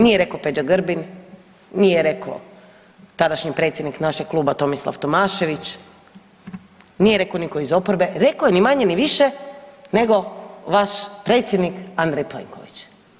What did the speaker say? Nije rekao Peđa Grbin, nije rekao tadašnji predsjednik našeg kluba Tomislav Tomašević, nije rekao nitko iz oporbe, rekao je ni manje ni više nego vaš predsjednik Andrej Plenković.